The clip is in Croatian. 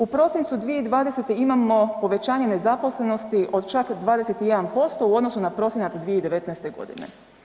U prosincu 2020. imamo povećanje nezaposlenosti od čak 21% u odnosu na prosinac 2019. godine.